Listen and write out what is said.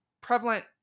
prevalent